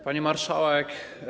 Pani Marszałek!